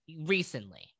recently